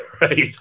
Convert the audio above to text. Right